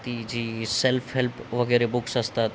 ती जी self help वगैरे बुक्स असतात